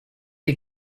you